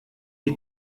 die